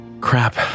Crap